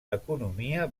economia